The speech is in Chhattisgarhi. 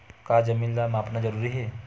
का जमीन ला मापना जरूरी हे?